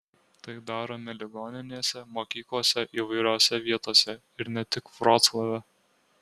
tai darome ligoninėse mokyklose įvairiose vietose ir ne tik vroclave